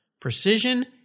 precision